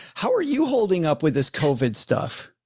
how are you holding up with this covid stuff?